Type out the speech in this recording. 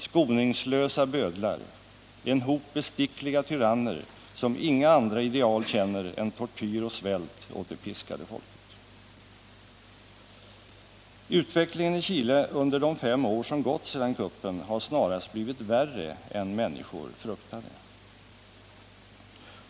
Skoningslösa bödlar, en hop bestickliga tyranner som inga andra ideal känner än tortyr och svält Utvecklingen i Chile under de fem år som gått sedan kuppen har snarast blivit värre än människor fruktade.